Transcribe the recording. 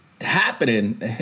happening